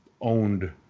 owned